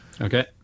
Okay